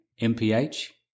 MPH